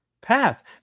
path